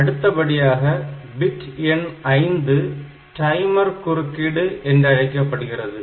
அடுத்தபடியாக பிட் எண் 5 டைமர் குறுக்கீடு என்றழைக்கப்படுகிறது